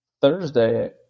Thursday